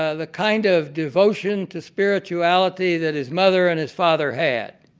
ah the kind of devotion to spirituality that his mother and his father had.